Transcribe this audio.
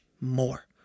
more